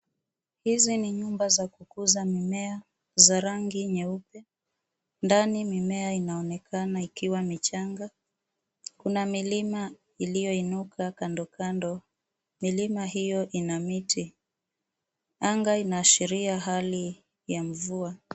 Hizi ni nyumba za kukuza mimea za rangi nyeupe. Ndani mimea inaonekana ikiwa michanga. Kuna milima iliyoinuka kando kando. Milima hiyo ina miti. Anga inaashiria hali ya mvua.